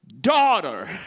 daughter